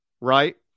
right